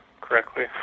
correctly